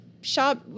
shop